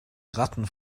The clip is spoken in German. ratten